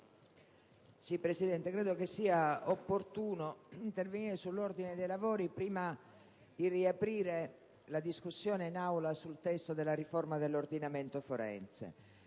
Presidente, credo sia opportuno intervenire sull'ordine dei lavori prima di riaprire la discussione in Aula sul provvedimento di riforma dell'ordinamento forense.